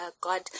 God